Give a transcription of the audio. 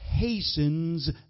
hastens